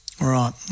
right